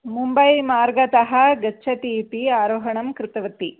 मुम्बैमार्गतः गच्छति इति आरोहणं कृतवती